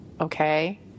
okay